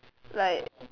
like